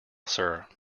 sir